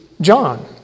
John